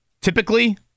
Typically